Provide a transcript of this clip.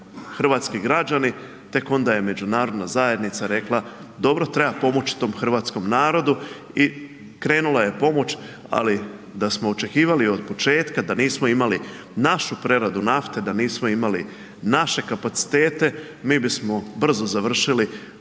hrvatski građani tek onda je međunarodna zajednica rekla, dobro treba pomoći tom hrvatskom narodu i krenula je pomoć, ali da smo očekivali od početka da nismo imali našu preradu nafte, da nismo imali naše kapacitete, mi bismo brzo završili Domovinski